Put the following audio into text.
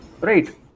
right